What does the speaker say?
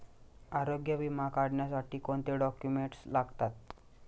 आरोग्य विमा काढण्यासाठी कोणते डॉक्युमेंट्स लागतात?